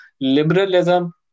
liberalism